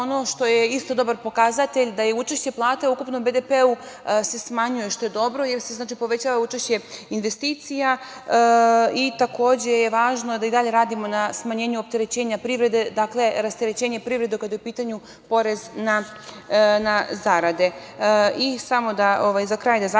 ono što je dobar pokazatelj jeste da se učešće plate u ukupnom BDP smanjuje, što je dobro, jer se povećava učešće investicija. Takođe je važno da i dalje radimo na smanjenju opterećenja privrede, rasterećenje privrede kada je u pitanju porez na zarade.Za